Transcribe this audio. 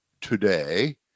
today